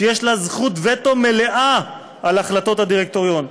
שיש לה זכות וטו מלאה על החלטות הדירקטוריון.